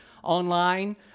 online